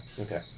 Okay